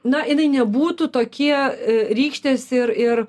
na jinai nebūtų tokie rykštės ir ir